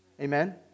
Amen